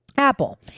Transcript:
Apple